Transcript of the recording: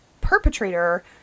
perpetrator